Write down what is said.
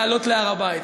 לעלות להר-הבית.